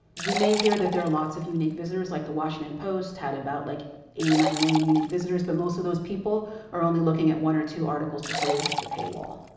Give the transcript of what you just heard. you may hear that there are lots of unique visitors like the washington post had about like eighty nine million unique visitors but most of those people are only looking at one or two articles, before they hit the paywall.